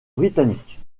britanniques